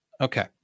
Okay